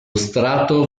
strato